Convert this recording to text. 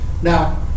Now